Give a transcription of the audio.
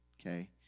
okay